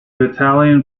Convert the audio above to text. italian